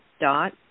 dot